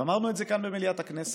ואמרנו את זה גם במליאת הכנסת,